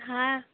हाँ